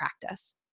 practice